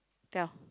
tell